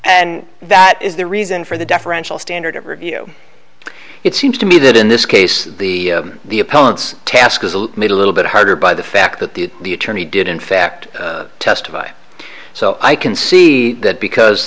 and that is the reason for the differential standard of review it seems to me that in this case the the opponents task is made a little bit harder by the fact that the the attorney did in fact testify so i can see that because